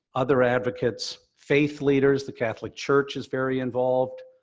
other advocates, faith leaders, the catholic church is very involved,